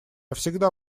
всегда